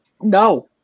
No